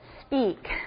speak